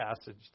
passage